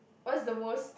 what's the most